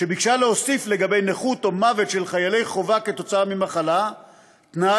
שביקשה להוסיף לגבי נכות או מוות של חיילי חובה כתוצאה ממחלה תנאי